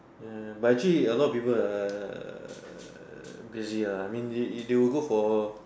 ya but actually a lot of people uh basically uh I mean they they will go for